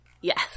Yes